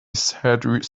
searched